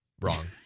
wrong